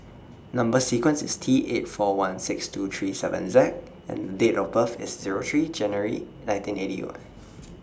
Number sequence IS T eight four one six two three seven Z and Date of birth IS Zero three January nineteen eighty